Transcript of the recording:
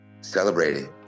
celebrating